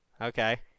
okay